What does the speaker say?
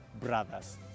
brothers